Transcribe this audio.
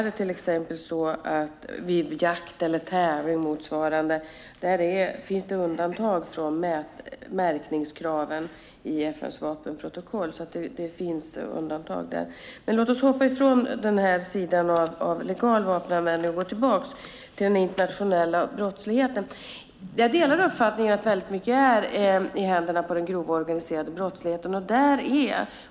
Det är exempelvis så att det vid jakt, tävling eller motsvarande finns undantag från märkningskraven i FN:s vapenprotokoll. Det finns alltså. Men låt oss gå ifrån detta med den legala vapenanvändningen och gå tillbaka till den internationella brottsligheten. Jag delar uppfattningen att väldigt mycket är i händerna på den grova, organiserade brottsligheten.